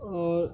اور